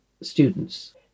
students